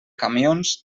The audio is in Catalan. camions